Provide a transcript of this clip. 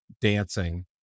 dancing